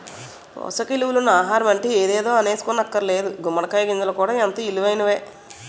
పోసక ఇలువలున్న ఆహారమంటే ఎదేదో అనీసుకోక్కర్లేదు గుమ్మడి కాయ గింజలు కూడా ఎంతో ఇలువైనయే